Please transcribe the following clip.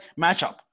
matchup